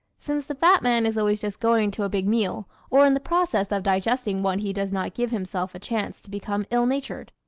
since the fat man is always just going to a big meal or in the process of digesting one he does not give himself a chance to become ill natured.